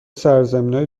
سرزمینای